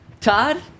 Todd